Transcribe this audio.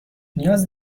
نیاز